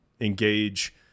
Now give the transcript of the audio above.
engage